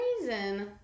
reason